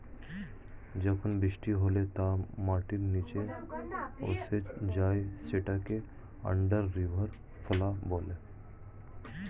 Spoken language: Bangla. যখন বৃষ্টি হলে তা মাটির নিচে শুষে যায় সেটাকে আন্ডার রিভার ফ্লো বলে